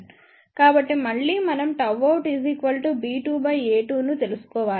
కాబట్టి మళ్ళీ మనం Γout b2 బై a2 ను తెలుసుకోవాలి